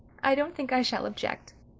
i don't think i shall object,